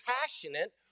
passionate